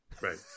Right